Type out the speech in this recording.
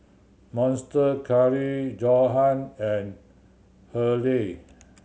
Monster Curry Johan and Hurley